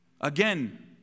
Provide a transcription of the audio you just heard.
Again